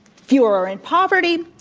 fewer are in poverty.